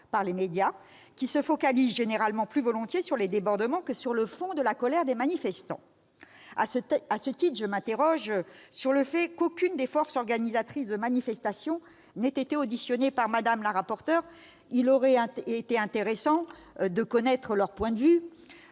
par les médias, qui se focalisent généralement plus volontiers sur les débordements que sur le fond de la colère des manifestants. À cet égard, je m'interroge sur le fait qu'aucune des forces organisatrices de manifestations n'ait été auditionnée par Mme la rapporteur. Je les ai reçues ce matin, ma